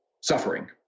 suffering